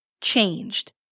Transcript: changed